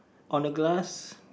on a glass